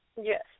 Yes